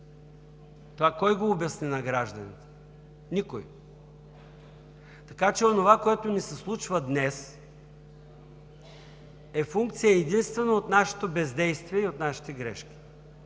Това кой го обясни на гражданите? Никой. Така че онова, което ни се случва днес, е функция единствено от нашето бездействие и от нашите грешки